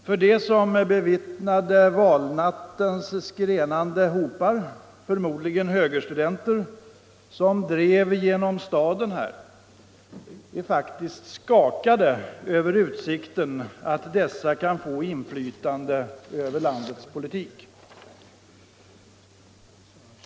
För dem som bevittnade valnattens skränande hopar, förmodligen högerstuderiter som drev genom staden, är det faktiskt skakande utsikter att dessa kan få inflytande över landeis politik.